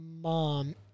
mom